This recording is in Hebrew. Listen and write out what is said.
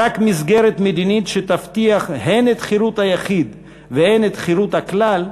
רק מסגרת מדינית שתבטיח הן את חירות היחיד והן את חירות הכלל,